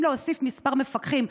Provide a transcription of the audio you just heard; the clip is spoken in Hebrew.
אם להוסיף כמה מפקחים,